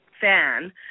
fan